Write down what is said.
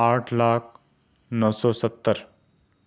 آٹھ لاکھ نو سو ستر